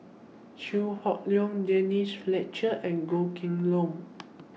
Chew Hock Leong Denise Fletcher and Goh Kheng Long